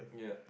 yup